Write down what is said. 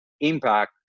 Impact